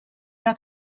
era